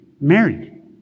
married